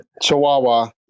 Chihuahua